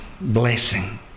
Blessing